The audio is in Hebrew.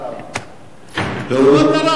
סליחה, אמרתי.